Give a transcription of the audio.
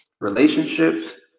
relationships